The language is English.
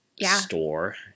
store